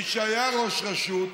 מי שהיה ראש רשות,